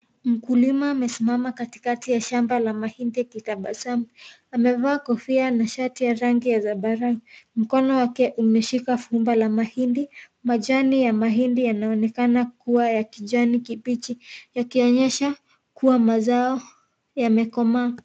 Mkulima amesimama katikati ya shamba la mahindi akitabasamu, amevaa Kofia na shati ya rangi ya sambarao mkono yake umeshika fumba la mahindi, majani ya mahindi yanaonekana kuwa ya kijani kipichi yakionyesha kuwa mazao yamekomaa.